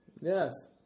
Yes